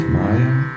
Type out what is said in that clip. Maya